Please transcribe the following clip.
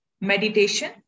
meditation